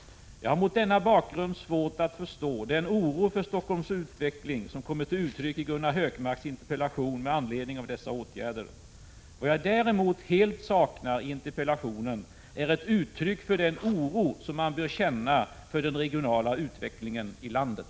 Jag har mot denna bakgrund svårt att förstå den oro för Stockholms utveckling som kommer till uttryck i Gunnar Hökmarks interpellation med anledning av dessa åtgärder. Vad jag däremot helt saknar i interpellationen är ett uttryck för den oro som man bör känna för den regionala utvecklingen i landet.